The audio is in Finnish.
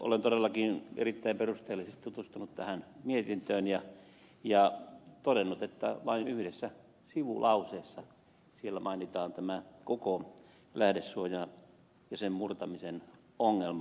olen todellakin erittäin perusteellisesti tutustunut tähän mietintöön ja todennut että vain yhdessä sivulauseessa siellä mainitaan koko lähdesuoja ja sen murtamisen ongelma